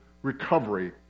Recovery